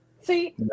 See